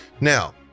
Now